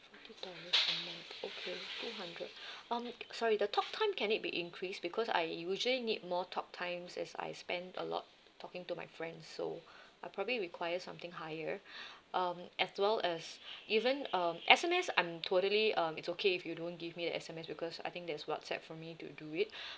two thousand okay two hundred um sorry the talk time can it be increased because I usually need more talk times as I spend a lot talking to my friends so I probably require something higher um as well as even um S_M_S I'm totally um it's okay if you don't give me the S_M_S because I think there's whatsapp for me to do it